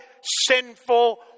sinful